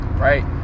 right